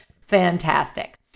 fantastic